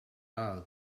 aisle